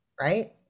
Right